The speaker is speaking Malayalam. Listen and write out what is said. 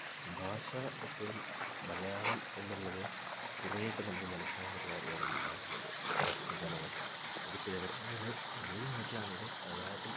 ഭാഷ എപ്പോഴും മലയാളം എന്നുള്ളത് കുറേയെക്കെ നമുക്കു മനസ്സിലാവുന്നൊരു കാര്യമാണ് മലയാളം എന്നുള്ളത് മലയാള ഭാഷ അതിപ്പോള് എവിടെയാണേലും ഏത് നാട്ടിലാണേലും മലയാളത്തിൽ